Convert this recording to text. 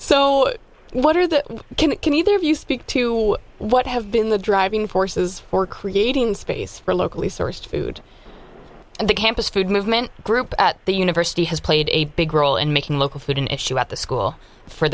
so what are the can either of you speak to what have been the driving forces for creating space for locally sourced the campus food movement group at the university has played a big role in making local food an issue at the school for